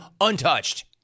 untouched